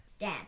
dad